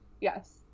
Yes